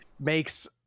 makes